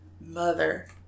Mother